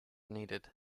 needed